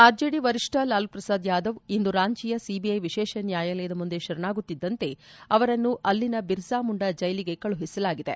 RJD ವರಿಷ್ಠ ಲಾಲೂ ಪ್ರಸಾದ್ ಯಾದವ್ ಇಂದು ರಾಂಚಿಯ ಸಿಬಿಐ ವಿಶೇಷ ನ್ಲಾಯಾಲಯದ ಮುಂದೆ ಶರಣಾಗುತ್ತಿದ್ದಂತೆ ಅವರನ್ನು ಅಲ್ಲಿನ ಬಿರ್ಸಾ ಮುಂಡಾ ಜೈಲಿಗೆ ಕಳುಹಿಸಲಾಗಿದೆ